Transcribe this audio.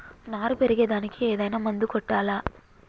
నారు పెరిగే దానికి ఏదైనా మందు కొట్టాలా?